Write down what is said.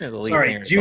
Sorry